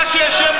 אנחנו לא עשינו.